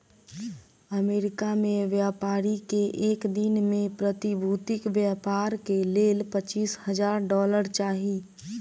America में व्यापारी के एक दिन में प्रतिभूतिक व्यापार के लेल पचीस हजार डॉलर चाही